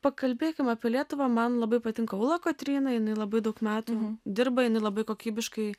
pakalbėkim apie lietuvą man labai patinka ūla kotryna jinai labai daug metų dirba jinai labai kokybiškai